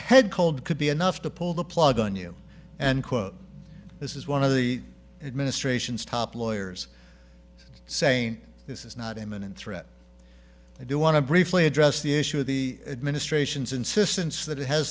head cold could be enough to pull the plug on you and quote this is one of the administration's top lawyers saying this is not imminent threat i do want to briefly address the issue of the administration's insistence that